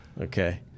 Okay